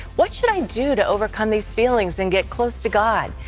what should i do to overcome these feelings and get close to god?